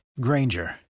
granger